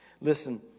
Listen